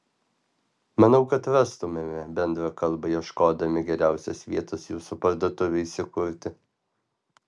manau kad rastumėme bendrą kalbą ieškodami geriausios vietos jūsų parduotuvei įsikurti